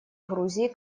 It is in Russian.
грузии